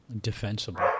defensible